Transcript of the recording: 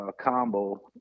combo